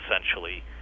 essentially